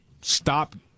stop